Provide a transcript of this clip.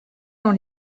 dans